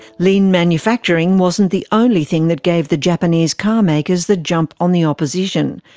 lean manufacturing wasn't the only thing that gave the japanese car makers the jump on the opposition,